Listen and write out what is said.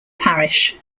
parish